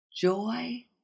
joy